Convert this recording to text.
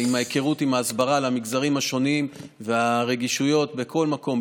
ההיכרות עם ההסברה למגזרים השונים והרגישויות בכל מקום,